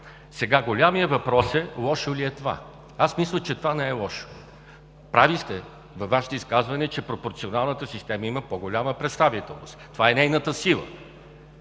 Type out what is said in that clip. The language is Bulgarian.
Сега големият въпрос е: лошо ли е това? Аз мисля, че това не е лошо. Прави сте във Вашите изказвания, че пропорционалната система има по-голяма представителност, това е нейната сила,